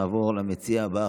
נעבור למציע הבא,